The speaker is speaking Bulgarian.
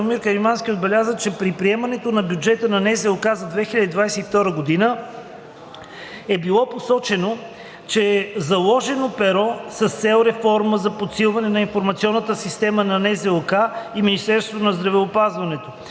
Каримански отбеляза, че при приемането на бюджета на НЗОК за 2022 г. е било посочено, че е заложено перо с цел реформа за подсилване на информационната система на НЗОК и Министерството на здравеопазването,